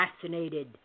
fascinated